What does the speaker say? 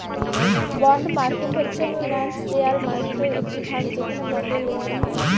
bond market হচ্ছে financial মার্কেটের একটি ভাগ যেখানে বন্ডের লেনদেন হয়